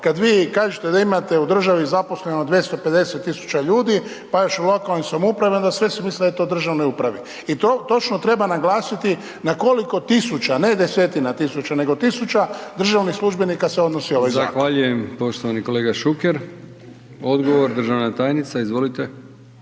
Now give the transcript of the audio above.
kad vi kažete da imate u državi zaposleno 250 000 ljudi pa još u lokalnim samoupravama onda sve se misli da je to u državnoj upravi i to točno treba naglasiti na koliko tisuća, ne desetina tisuća nego tisuća državnih službenika se odnosi ovaj zakon. **Brkić, Milijan (HDZ)** Zahvaljujem poštovani kolega Šuker. Odgovor, državna tajnica, izvolite.